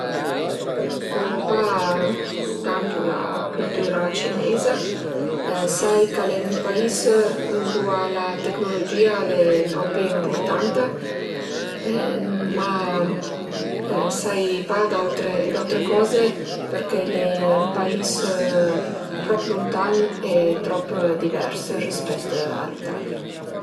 Mi cunosu pa tantu la cültüra giapuneiza, sai ch'al e ün pais ëndua la tecnologìa al e propi ëmpurtanta, ma sai pa d'autre d'autre coze perché al e ün pais trop luntan e trop divers rispèt a l'Italia